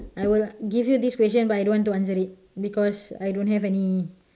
I will give you this question but I don't want to answer it because I don't have any